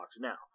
now